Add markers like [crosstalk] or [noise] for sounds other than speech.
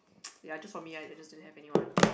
[noise] just for me I just didn't have anyone